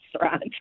restaurant